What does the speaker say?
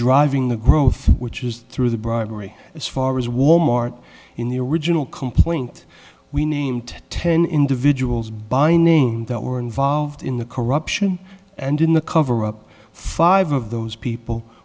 driving the growth which is through the bribery as far as walmart in the original complaint we named ten individuals by name that were involved in the corruption and in the coverup five of those people